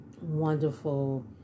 wonderful